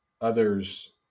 others